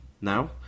now